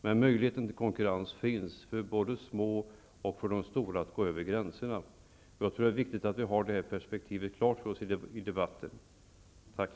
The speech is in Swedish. Men möjligheten till konkurrens finns. Det är möjligt för både de små och de stora att gå över gränserna. -- Jag tror att det är viktigt att vi har det perspektivet klart för oss i debatten. Tack!